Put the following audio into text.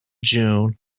june